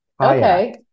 Okay